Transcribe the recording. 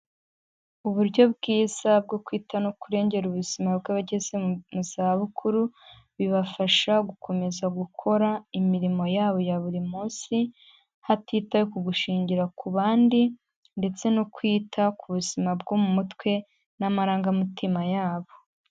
Uburyo bwiza bwo kwita no kurengera ubuzima bw'abageze mu zabukuru, bibafasha gukomeza gukora imirimo yabo ya buri munsi hatitawe ku gushingira ku bandi ndetse no kwita ku buzima bwo mu mutwe n'amarangamutima yabo.